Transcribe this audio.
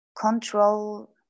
control